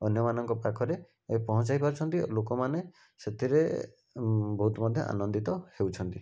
ଅନ୍ୟମାନଙ୍କ ପାଖରେ ପହଁଞ୍ଚାଇ ପାରୁଛନ୍ତି ଲୋକମାନେ ସେଥିରେ ବହୁତ ମଧ୍ୟ ଆନନ୍ଦିତ ହେଉଛନ୍ତି